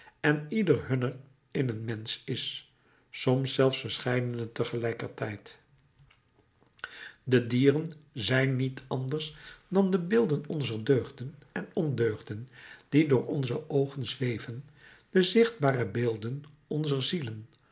en ieder hunner in een mensch is soms zelfs verscheidene tegelijkertijd de dieren zijn niet anders dan de beelden onzer deugden en ondeugden die voor onze oogen zweven de zichtbare beelden onzer zielen